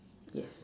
yes